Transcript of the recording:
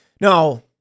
No